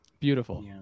Beautiful